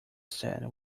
said